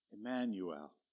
Emmanuel